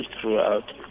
throughout